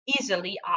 easily